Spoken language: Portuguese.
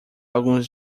alguns